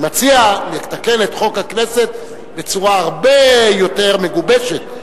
אני מציע לתקן את חוק הכנסת בצורה הרבה יותר מגובשת,